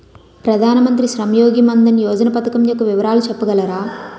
ప్రధాన మంత్రి శ్రమ్ యోగి మన్ధన్ యోజన పథకం యెక్క వివరాలు చెప్పగలరా?